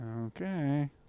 Okay